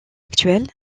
actuelle